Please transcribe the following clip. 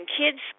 kids